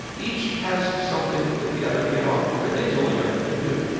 each has something that the other can't offer. there are things only government can do.